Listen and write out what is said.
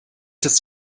des